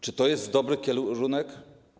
Czy to jest dobry kierunek?